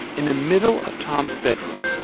in the middle of tom's bedroom,